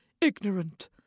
ignorant